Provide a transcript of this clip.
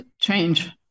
change